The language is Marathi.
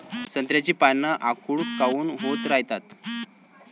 संत्र्याची पान आखूड काऊन होत रायतात?